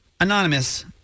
Anonymous